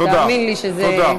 תאמין לי שזה, תודה,